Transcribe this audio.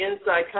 inside